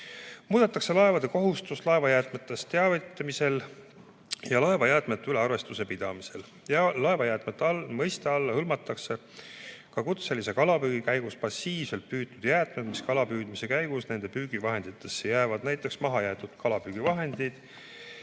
Muudetakse laevade kohustust laevajäätmetest teavitamisel ja laevajäätmete üle arvestuse pidamisel. Laevajäätmete mõiste alla hõlmatakse ka kutselise kalapüügi käigus passiivselt püütud jäätmed, mis kalapüüdmise käigus püügivahenditesse jäävad, näiteks mahajäetud kalapüügivahendid